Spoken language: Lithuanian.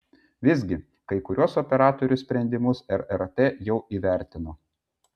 visgi kai kuriuos operatorių sprendimus rrt jau įvertino